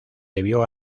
debió